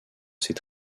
ces